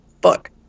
book